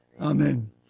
Amen